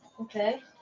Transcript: Okay